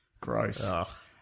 Gross